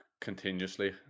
continuously